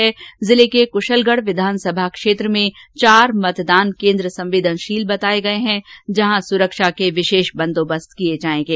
वहीं जिले के कुशलगढ विघानसभा क्षेत्र में आज चार मतदान केन्द्र संवेदनशील बताए गए हैं जहां सुरक्षा के लिए विशेष बंदोबस्त किए जाएंगे